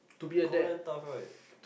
cold then tough right